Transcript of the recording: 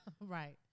Right